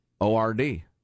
O-R-D